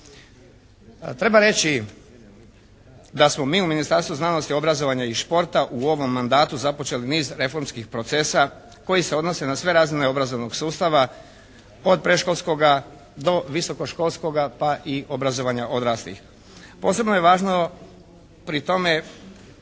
Treba reći da smo mi u Ministarstvu znanosti, obrazovanja i športa u ovom mandatu započeli niz reformskih procesa koji se odnose na sve razine obrazovnog sustava od predškolskoga do visokoškolskoga pa i obrazovanja odraslih. Posebno je važno pri tome